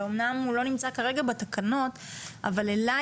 שאומנם הוא לא נמצא כרגע בתקנות אבל אליי